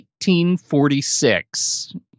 1846